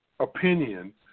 opinion